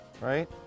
Right